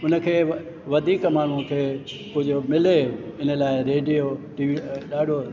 उन खे वधीक माण्हुनि खे कुझु मिले इन लाइ रेडियो ॾाढो